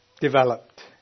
developed